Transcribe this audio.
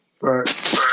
Right